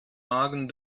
magen